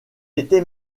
était